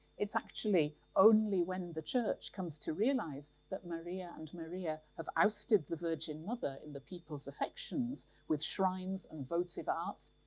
it's actually only when the church comes to realise that maria and maria have ousted the virgin mother in the people's affections, with shrines and votive arts,